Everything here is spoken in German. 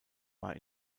war